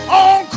on